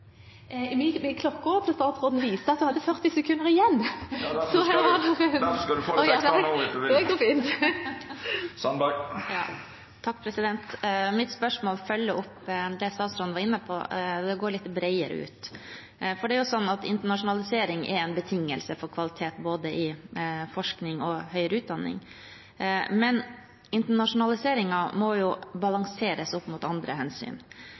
til statsråden viste at hun hadde 40 sekunder igjen. Difor kan statsråden få litt ekstra tid no, viss ho vil. Nei, det går fint. Mitt spørsmål følger opp det statsråden var inne på, det går litt bredere ut. Internasjonalisering er en betingelse for kvalitet i både forskning og høyere utdanning. Men internasjonaliseringen må balanseres mot andre hensyn.